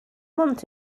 want